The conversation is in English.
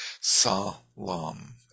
Salam